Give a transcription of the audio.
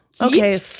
okay